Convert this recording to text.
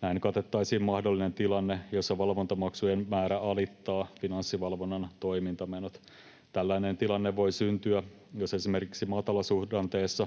Näin katettaisiin mahdollinen tilanne, jossa valvontamaksujen määrä alittaa Finanssivalvonnan toimintamenot. Tällainen tilanne voi syntyä, jos esimerkiksi matalasuhdanteessa